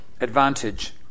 advantage